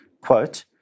Quote